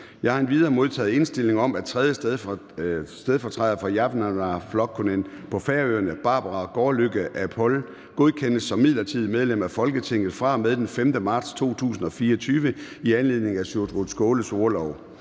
Jeg har endvidere modtaget indstilling om, at 3. stedfortræder for Javnaðarflokkurin på Færøerne, Barbara Gaardlykke Apol, godkendes som midlertidigt medlem af Folketinget fra og med den 5. marts 2024 i anledning af Sjúrður Skaales orlov.